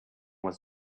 was